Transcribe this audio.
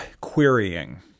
querying